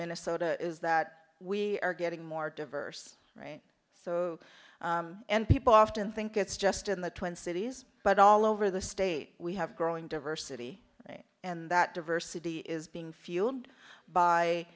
minnesota is that we are getting more diverse so people often think it's just in the twin cities but all over the state we have growing diversity and that diversity is being fueled